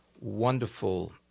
wonderful